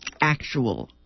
actual